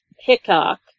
Hickok